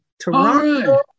toronto